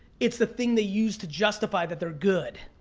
it's the thing they use to justify that they're good.